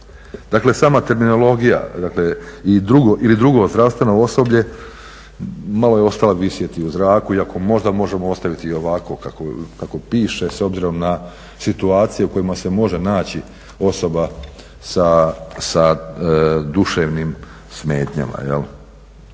Dakle, sama terminologija ili drugo zdravstveno osoblje malo je ostala visjeti u zraku iako možda možemo ostaviti i ovako kako piše s obzirom na situacije u kojima se može naći osoba sa duševnim smetnjama